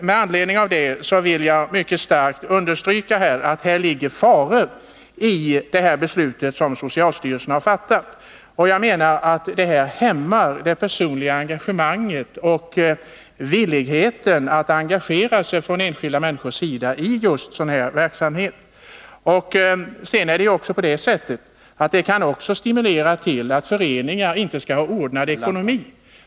Med anledning av detta vill jag mycket starkt understryka att det ligger fara i det beslut som socialstyrelsen har fattat. Beslutet hämmar det personliga engagemanget och villigheten hos enskilda människor att engagera sig i just sådan här verksamhet. Det kan också stimulera föreningar till att inte ha ordnad ekonomi.